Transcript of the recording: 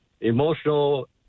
emotional